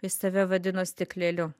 save vadino stikleliu